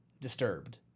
Disturbed